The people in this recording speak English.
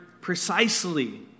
precisely